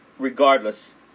Regardless